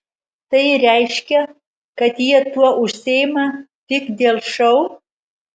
tai reiškia kad jie tuo užsiima tik dėl šou